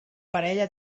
parella